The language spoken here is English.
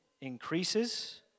increases